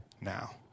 now